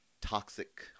toxic